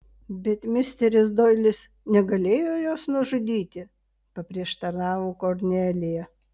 bet misteris doilis negalėjo jos nužudyti paprieštaravo kornelija